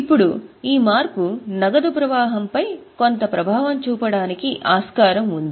ఇప్పుడు ఈ మార్పు నగదు ప్రవాహంపై కొంత ప్రభావం చూపడానికి ఆస్కారం ఉంది